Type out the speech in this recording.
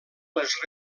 les